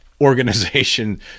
organization